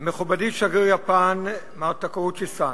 מכובדי, שגריר יפן, מר טקאוצ'י-סן,